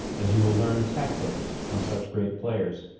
as you will learn tactics from such great players.